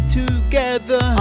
together